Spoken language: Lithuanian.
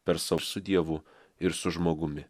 per sau su dievu ir su žmogumi